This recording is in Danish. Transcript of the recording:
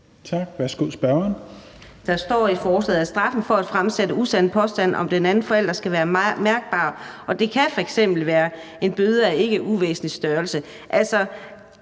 Karina Adsbøl (UFG): Der står i forslaget, at straffen for at fremsætte usande påstande om den anden forælder skal være mærkbar, og det kan f.eks. være en bøde af ikke uvæsentlig størrelse.